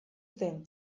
zen